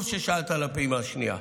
טוב ששאלת על הפעימה השנייה.